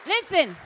Listen